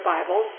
Bible